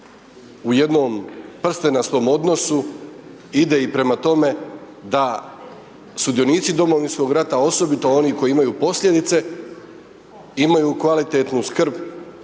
u jednom prstenastom odnosu ide i prema tome da sudionici Domovinskog rata, osobito oni koji imaju posljedice, imaju kvalitetnu skrb